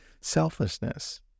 selflessness